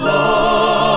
Lord